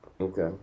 Okay